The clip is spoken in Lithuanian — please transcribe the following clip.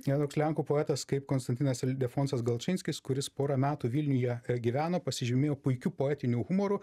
yra toks lenkų poetas kaip konstantinas ildefonsas galčinskis kuris porą metų vilniuje gyveno pasižymėjo puikiu poetiniu humoru